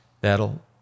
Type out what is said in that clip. that'll